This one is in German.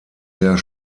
der